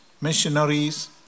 missionaries